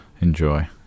enjoy